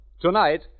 Tonight